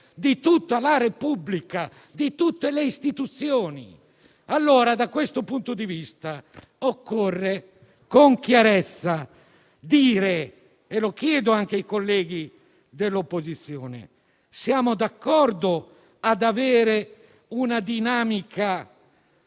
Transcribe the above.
di tutta la Repubblica, di tutte le istituzioni. Da questo punto di vista occorre dire con chiarezza - lo chiedo anche ai colleghi dell'opposizione - se siamo d'accordo ad avere una dinamica